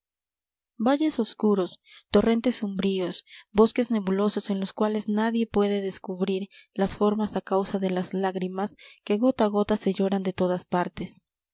valles oscuros torrentes umbríos bosques nebulosos en los cuales nadie puede descubrir las formas a causa de las lágrimas que gota a gota se lloran de todas partes